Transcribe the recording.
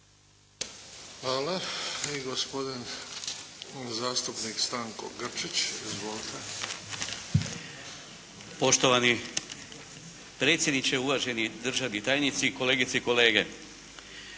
Hvala. I gospodin zastupnik Stanko Grčić. Izvolite. **Grčić, Stanko (HSS)** Poštovani predsjedniče, uvaženi državni tajnici, kolegice i kolege.